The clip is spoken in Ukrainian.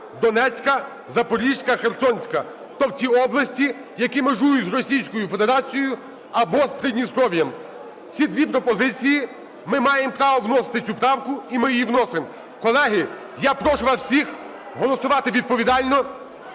Донецька, Запорізька, Херсонська. Тобто ті області, які межують з Російською Федерацією або з Придністров'ям. Ці дві пропозиції, ми маємо право вносити цю правку і ми її вносимо. Колеги, я прошу вас всіх голосувати відповідально.